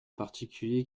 particulier